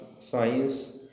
science